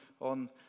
on